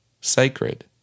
sacred